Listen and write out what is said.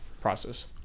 process